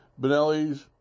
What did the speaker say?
Benellis